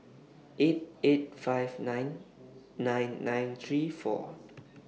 eight eight five nine nine nine three four